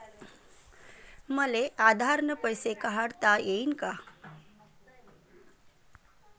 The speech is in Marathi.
मले आधार न पैसे काढता येईन का?